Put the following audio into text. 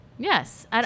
Yes